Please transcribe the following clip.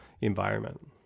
environment